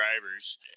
drivers